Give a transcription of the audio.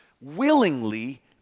willingly